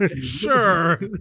sure